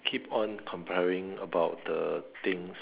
keep on comparing about the things